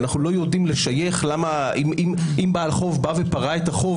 ואנחנו לא יודעים לשייך אם בעל חוב פרע את החוב